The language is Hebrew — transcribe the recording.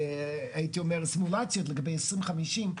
הייתי אומר סימולציות לגבי 2050,